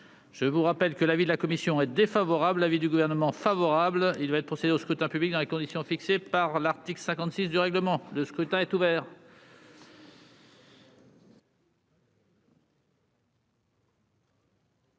Je rappelle que l'avis de la commission est défavorable et que celui du Gouvernement est favorable. Il va être procédé au scrutin dans les conditions fixées par l'article 56 du règlement. Le scrutin est ouvert.